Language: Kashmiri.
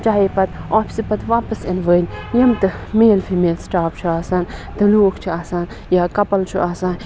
چاہے پَتہٕ آفسہٕ پَتہٕ واپَس اِنہٕ ؤنۍ یِم تہِ میل فِمیل سِٹاف چھِ آسان تہٕ لوٗکھ چھِ آسان یا کَپل چھُ آسان